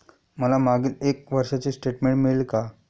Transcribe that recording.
मला मागील एक वर्षाचे स्टेटमेंट मिळेल का?